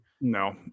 No